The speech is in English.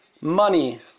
money